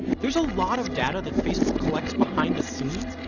there's a lot of data that facebook collects behind the scenes,